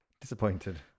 disappointed